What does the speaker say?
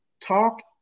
talk